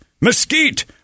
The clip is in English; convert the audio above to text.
mesquite